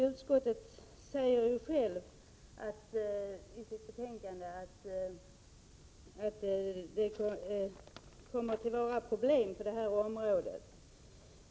Utskottet skriver självt i sitt betänkande att det kommer att bli problem på detta område.